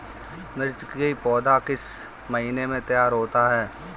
मिर्च की पौधा किस महीने में तैयार होता है?